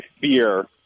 fear